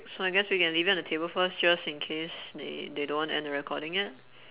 so I guess we can leave it on the table first just in case they they don't wanna end the recording yet